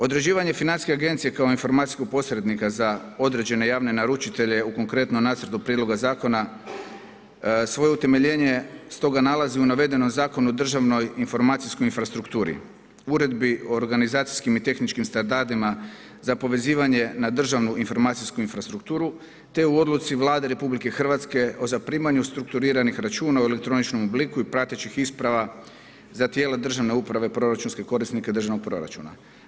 Određivanje financijske agencije kao informacijskog posrednika za određene javne naručitelje u konkretnom nacrtu prijedloga zakona svoje utemeljen stoga nalazi u navedenom Zakonu o državnoj informacijskoj infrastrukturi, Uredbi o organizacijskim i tehničkim standardima za povezivanje na državnu informacijsku infrastrukturu te u Odluci Vlade RH o zaprimanju strukturiranih računa u elektroničkom obliku i pratećih isprava za tijela državne uprave proračunske korisnike državnog proračuna.